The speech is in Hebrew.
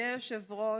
אדוני היושב-ראש,